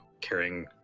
carrying